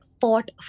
fought